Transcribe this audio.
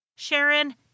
Sharon